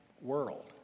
world